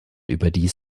überdies